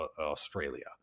Australia